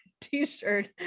T-shirt